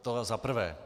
To za prvé.